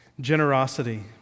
Generosity